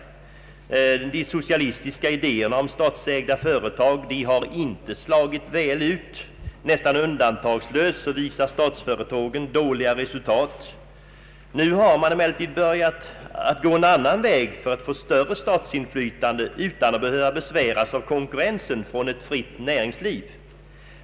De socialistiska idé erna om statsägda företag har inte slagit väl ut. Nästan undantagslöst visar statsföretagen dåliga resultat. Nu har man emellertid börjat gå en annan väg för att få ett större statsinflytande utan att behöva besväras av konkurrens från ett fritt näringsliv.